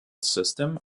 system